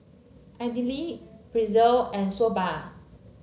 Idili Pretzel and Soba